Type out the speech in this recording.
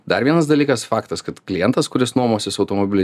dar vienas dalykas faktas kad klientas kuris nuomosis automobilį